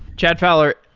chad fowler,